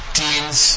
teens